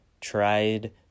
tried